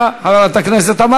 חברת הכנסת רויטל סויד,